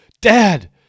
dad